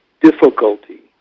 difficulty